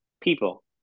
people